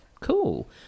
Cool